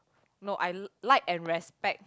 no I like and respect